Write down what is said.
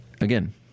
again